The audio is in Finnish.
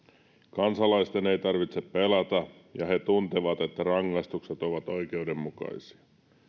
kansalaisten ei tarvitse pelätä ja he tuntevat että rangaistukset ovat oikeudenmukaisia